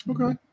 Okay